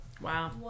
Wow